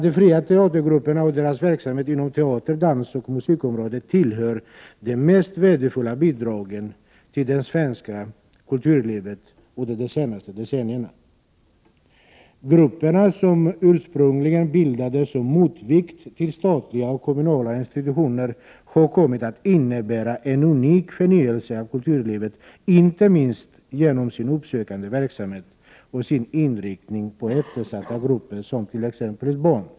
De fria teatergrupperna och deras verksamhet inom teater-, dansoch musikområdena tillhör de mest värdefulla bidragen till det svenska kulturlivet under de senaste decennierna. Grupperna, som ursprungligen bildades som motvikt mot statliga och kommunala institutioner, har kommit att innebära en unik förnyelse av kulturlivet, inte minst genom sin uppsökande verksamhet och sin inriktning på eftersatta grupper som t.ex. barn.